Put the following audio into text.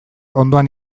ondoan